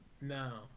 No